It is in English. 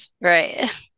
Right